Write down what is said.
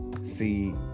see